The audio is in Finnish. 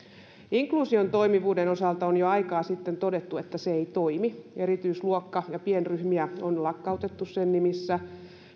inkluusion toimivuuden osalta on jo aikaa sitten todettu että se ei toimi erityisluokkia ja pienryhmiä on lakkautettu sen nimissä